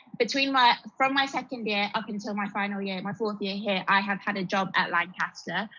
between my from my second year up until my final year, my fourth year here, i have had a job at lancaster.